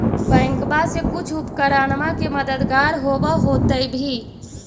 बैंकबा से कुछ उपकरणमा के मददगार होब होतै भी?